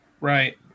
Right